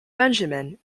benjamin